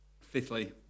fifthly